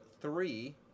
three